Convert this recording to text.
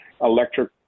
electric